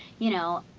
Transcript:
you know.